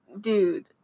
dude